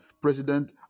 President